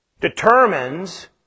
determines